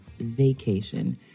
vacation